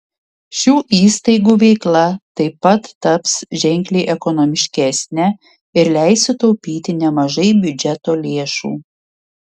šių įstaigų veikla taip pat taps ženkliai ekonomiškesne ir leis sutaupyti nemažai biudžeto lėšų